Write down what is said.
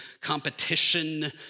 competition